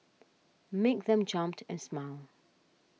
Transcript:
make them jump and smile